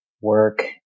work